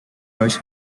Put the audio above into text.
bush